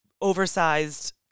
oversized